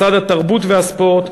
משרד התרבות והספורט,